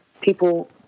people